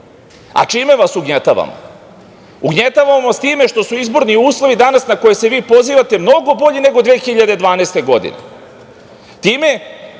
Čime vas ugnjetavamo? Ugnjetavamo vas time što su izborni uslovi danas na koje se vi pozivate mnogo bolji nego 2012. godine?